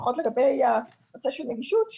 לפחות לגבי הנושא של נגישות,